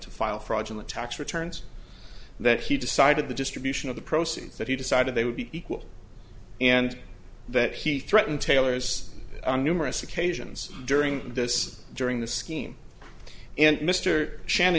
to file for agin the tax returns that he decided the distribution of the proceeds that he decided they would be equal and that he threatened taylor's on numerous occasions during this during the scheme and mr shannon